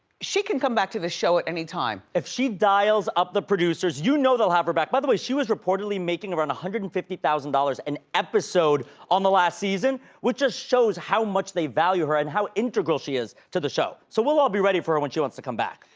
she can come back to the show at any time. if she dials up the producers, you know they'll have her back. by the way, she was reportedly making around one hundred and fifty thousand dollars an episode on the last season, which just shows how much they value her and how integral she is to the show. so we'll all be ready for her when she wants to come back.